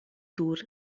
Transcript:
tours